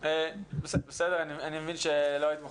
אני מבין שלא היית מוכנה,